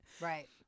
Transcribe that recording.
Right